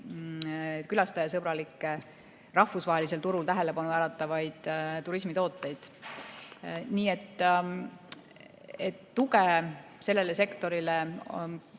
külastajasõbralikke rahvusvahelisel turul tähelepanu äratavaid turismitooteid. Nii et tuge me sellele sektorile